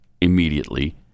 immediately